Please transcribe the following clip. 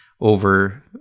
over